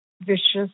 vicious